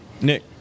Nick